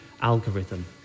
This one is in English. algorithm